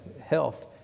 health